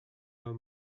were